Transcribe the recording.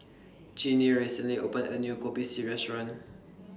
Jeannie recently opened A New Kopi C Restaurant